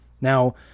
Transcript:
Now